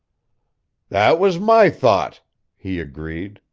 that was my thought he agreed,